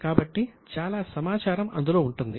కాబట్టి అందులో చాలా సమాచారం అందుబాటులో ఉంటుంది